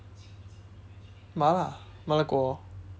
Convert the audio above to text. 麻辣麻辣锅